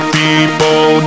people